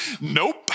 Nope